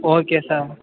okay sir